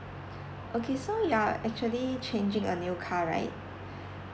okay so you are actually changing a new car right